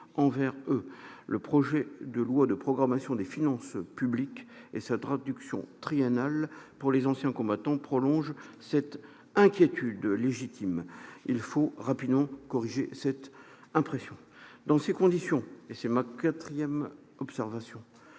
envers eux. Le projet de loi de programmation des finances publiques et sa traduction triennale pour les anciens combattants prolongent cette inquiétude légitime. Il faut rapidement corriger cette impression. Dans ces conditions, et c'est ma quatrième observation,